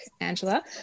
Angela